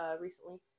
recently